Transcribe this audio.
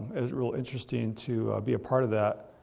it was real interesting to be apart of that,